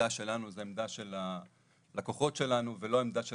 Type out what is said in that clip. שהעמדה שלנו זה העמדה של הלקוחות שלנו ולא עמדה של